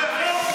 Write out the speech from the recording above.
תתביישו.